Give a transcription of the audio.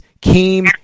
came